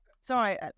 Sorry